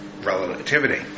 relativity